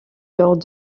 lors